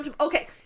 Okay